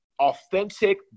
authentic